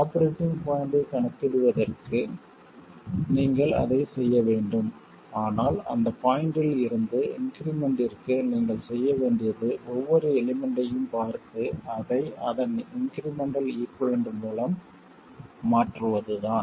operating பாய்ண்ட்டைக் கணக்கிடுவதற்கு நீங்கள் அதைச் செய்ய வேண்டும் ஆனால் அந்த பாய்ண்ட்டில் இருந்து இன்க்ரிமெண்ட்டிற்கு நீங்கள் செய்ய வேண்டியது ஒவ்வொரு எலிமெண்ட்டையும் பார்த்து அதை அதன் இன்க்ரிமெண்ட்டல் ஈகுய்வலன்ட் மூலம் மாற்றுவதுதான்